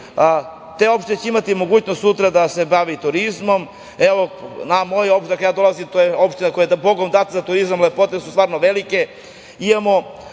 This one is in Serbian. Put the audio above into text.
te opštine će imati mogućnost sutra da se bave i turizmom. Opština iz koje ja dolazim, to je opština koja je bogom data za turizam, lepote su stvarno velike.